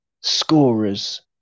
scorers